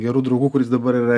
geru draugu kuris dabar yra